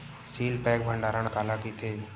Seal pack भंडारण काला कइथे?